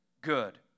good